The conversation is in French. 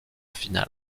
final